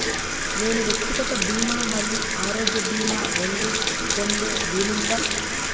నేను వ్యక్తిగత భీమా మరియు ఆరోగ్య భీమా రెండు పొందే వీలుందా?